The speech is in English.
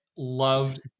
Loved